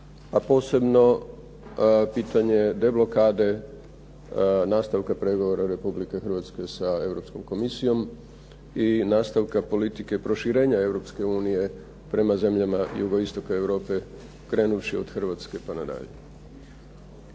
a posebno pitanje deblokade nastavka pregovora Republike Hrvatske sa Europskom Komisijom i nastavka politike i proširenja Europske unije prema zemljama jugoistoka Europe krenuvši od Hrvatske pa nadalje.